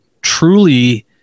truly